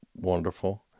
wonderful